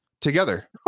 together